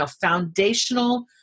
foundational